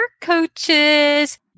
coaches